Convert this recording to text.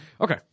Okay